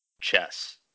chess